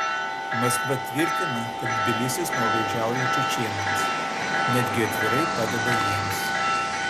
maskva tvirtina kad tbilisis nuolaidžiauja čečėnams netgi atvirai padeda jiems